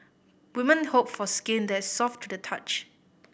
women hope for skin that soft to the touch